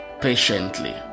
patiently